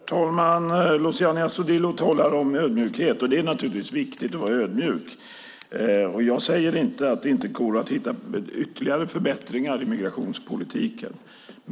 Herr talman! Luciano Astudillo talar om ödmjukhet. Det är naturligtvis viktigt att vara ödmjuk. Jag säger inte att det inte går att hitta ytterligare förbättringar i migrationspolitiken.